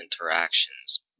interactions